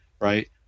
right